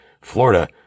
Florida